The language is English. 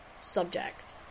subject